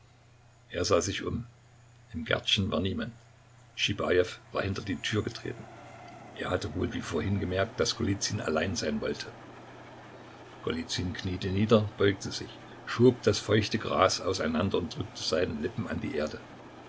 er sah sich um im gärtchen war niemand schibajew war hinter die tür getreten er hatte wohl wie vorhin gemerkt daß golizyn allein sein wolle golizyn kniete nieder beugte sich schob das feuchte gras auseinander und drückte seine lippen an die erde